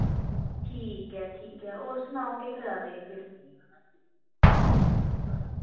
ठीक ऐ ठीक ऐ और सनाओ केह् करा दे फिर